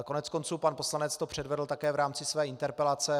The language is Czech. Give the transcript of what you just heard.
Koneckonců pan poslanec to předvedl také v rámci své interpelace.